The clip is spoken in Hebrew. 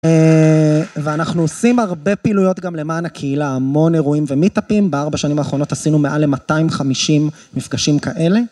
ואנחנו עושים הרבה פעילויות גם למען הקהילה, המון אירועים ומיטאפים, בארבע השנים האחרונות עשינו מעל ל-250 מפגשים כאלה.